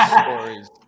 stories